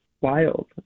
wild